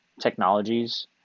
technologies